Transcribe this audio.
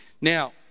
Now